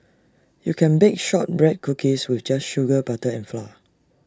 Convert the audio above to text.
you can bake Shortbread Cookies with just sugar butter and flour